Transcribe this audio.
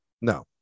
No